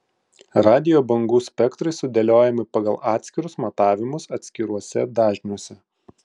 radijo bangų spektrai sudėliojami pagal atskirus matavimus atskiruose dažniuose